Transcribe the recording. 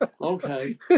Okay